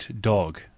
dog